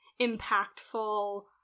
impactful